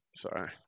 Sorry